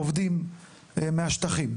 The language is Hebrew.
עובדים מהשטחים.